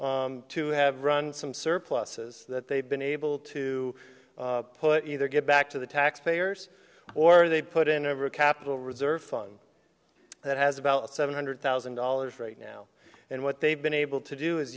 fortune to have run some surpluses that they've been able to put either get back to the taxpayers or they put in over a capital reserve fund that has about seven hundred thousand dollars right now and what they've been able to do is